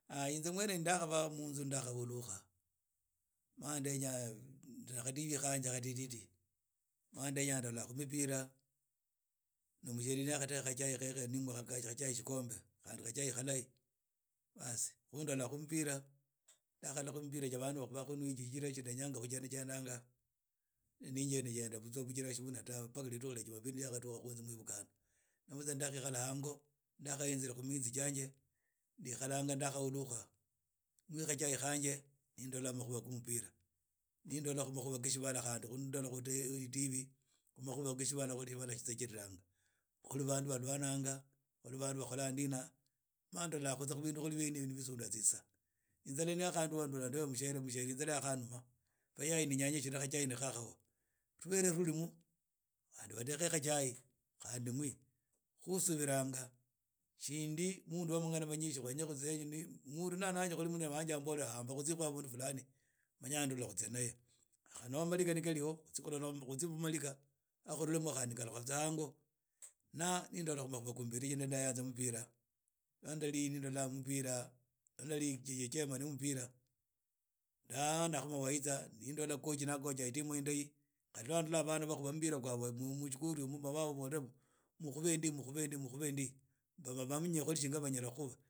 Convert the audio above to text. inze mwne ndakhava munzu ni ndhkhaba munzu ndakhakhulukha ma ndenya mu kha tv khange khadididi ma ndenya ndola khu mupira na mushiere ni ya khadekha khachai khekhe ni mwa khachai shikombe khandi khachai khalai baaas ni ndola khu mpira ni ndakhala khu mpira nda khala khu mipira cha bandu ba khola iji shijira si ndenya khujenda jenda bijra sivune tawe mpaka ridukhu rya jumapili ryakhadukkha nzia mwivukhana na vutsa nda khihara ahango ndakhayinzira khu miyinzi jiange ndikhalnga ni khulukha ni mwa khachai ni ndola khu makhuwa khe mipira nindola khu makhuwa khe shibala khu tv makhuwa khe shbala khuli shibala shiendeleanga khuli bandu balwananga khuli bandu bakhola ndina bindu khuli byene hibi bisunda masaa inzara yakhanuma na mbola mshiere inzara yakhanuma na inyeshra kahachai nikha. kha tubere turi mu khandi badekha ichai khandi mwe khu subiranga shndi mundu wa mangana manyshi, mundu na mundu nuyanashi hamba khutsue khu habundu flani mnya ndula khutsia naye maligha khali habundu ma khutsia na kutli khalukha tsa hango na nindola khu mpira khijira nanayanza mpira lwa ndali ni ndola mpira ndali cahirman wo mpira ndahana khu mawaidha ni ndola kochi nakocha itimu bulahi kari lwa lwa ndola bana bakhuba mpira musikulu nda babola mkhube ndi mkhube ndi chigira banayara khuba.